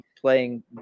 playing